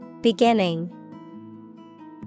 beginning